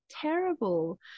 terrible